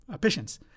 patients